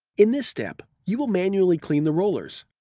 in this step, you will manually clean the rollers.